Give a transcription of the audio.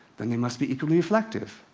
then they must be equally reflective.